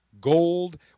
Gold